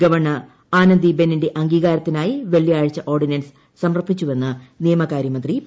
governor Anandi ബെന്നിന്റെ ്അംഗീകാരത്തിനായി വെള്ളിയാഴ്ച ഓർഡിനൻസ് സമർപ്പിച്ചുള്പ്പെന്ന് നിയമകാര്യമന്ത്രി പി